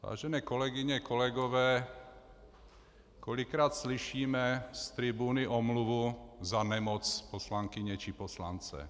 Vážené kolegyně, kolegové, kolikrát slyšíme z tribuny omluvu za nemoc poslankyně či poslance.